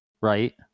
right